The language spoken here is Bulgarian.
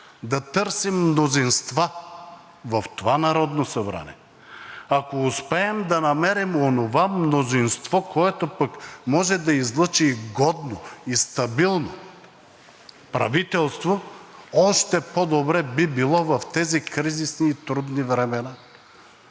да търсим мнозинства в това Народно събрание. Ако успеем да намерим онова мнозинство, което пък може да излъчи и годно, и стабилно правителство, още по-добре би било в тези кризисни и трудни времена.